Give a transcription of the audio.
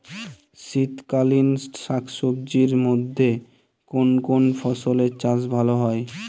শীতকালীন শাকসবজির মধ্যে কোন কোন ফসলের চাষ ভালো হয়?